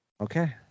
Okay